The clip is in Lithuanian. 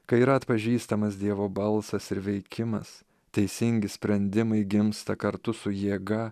kai yra atpažįstamas dievo balsas ir veikimas teisingi sprendimai gimsta kartu su jėga